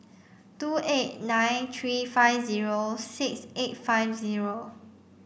two eight nine three five zero six eight five zero